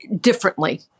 differently